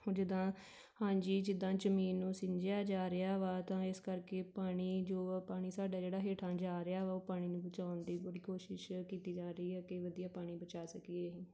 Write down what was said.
ਹੁਣ ਜਿੱਦਾਂ ਹਾਂਜੀ ਜਿੱਦਾਂ ਜ਼ਮੀਨ ਨੂੰ ਸਿੰਜਿਆ ਜਾ ਰਿਹਾ ਵਾ ਤਾਂ ਇਸ ਕਰਕੇ ਪਾਣੀ ਜੋ ਆ ਪਾਣੀ ਸਾਡਾ ਜਿਹੜਾ ਹੇਠਾਂ ਜਾ ਰਿਹਾ ਵਾ ਉਹ ਪਾਣੀ ਨੂੰ ਬਚਾਉਣ ਲਈ ਪੂਰੀ ਕੋਸ਼ਿਸ਼ ਕੀਤੀ ਜਾ ਰਹੀ ਹੈ ਕਿ ਵਧੀਆ ਪਾਣੀ ਬਚਾ ਸਕੀਏ ਅਸੀਂ